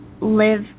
live